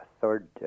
third